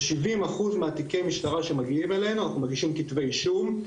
ב- 70 אחוז מתיקי משטרה שמגיעים אלינו אנחנו מגישים כתבי אישום,